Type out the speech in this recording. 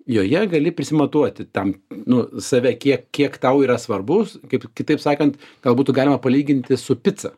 joje gali prisimatuoti tam nu save kiek kiek tau yra svarbus kaip kitaip sakant gal būtų galima palyginti su pica